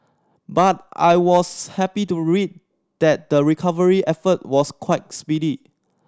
but I was happy to read that the recovery effort was quite speedy